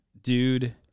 dude